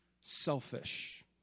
selfish